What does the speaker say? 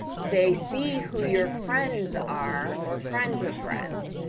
they see who your friends are, or friends of friends,